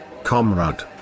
Comrade